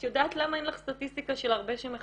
את יודעת למה אין לך סטטיסטיקה של הרבה שמחכות?